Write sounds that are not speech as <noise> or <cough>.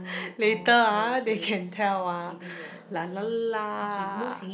later ah they can tell ah <noise>